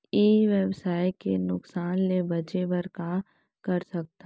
ई व्यवसाय के नुक़सान ले बचे बर का कर सकथन?